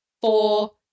four